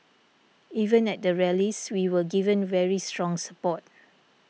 even at the rallies we were given very strong support